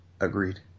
Agreed